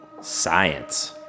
Science